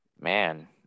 man